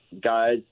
guys